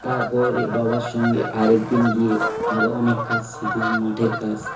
তারপরে বাবার সঙ্গে আরেক দিন গিয়ে আরও অনেক কাজ শিখলাম মাঠের কাজ